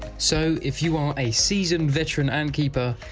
so if you are a seasoned veteran ant keeper,